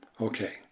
Okay